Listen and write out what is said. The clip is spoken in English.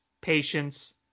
patience